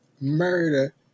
Murder